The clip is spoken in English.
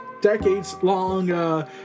Decades-long